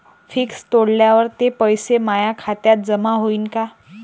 Fix तोडल्यावर ते पैसे माया खात्यात जमा होईनं का?